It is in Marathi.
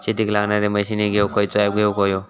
शेतीक लागणारे मशीनी घेवक खयचो ऍप घेवक होयो?